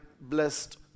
blessed